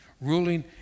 ruling